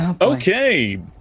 Okay